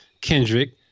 Kendrick